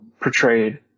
portrayed